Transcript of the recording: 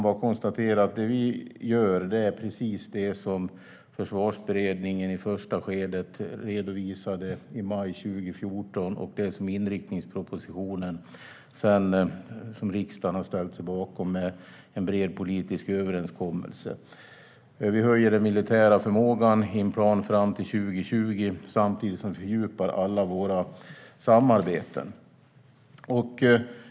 Det vi gör är precis det som Försvarsberedningen i första skedet redovisade i maj 2014 och det som står i inriktningspropositionen som riksdagen har ställt sig bakom i en bred politisk överenskommelse. Vi har en plan för att höja den militära förmågan fram till 2020, samtidigt som vi fördjupar alla våra samarbeten.